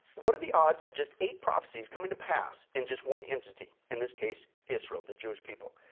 what are the odds of just eight prophecies coming to pass in just one entity? in this case israel, the jewish people.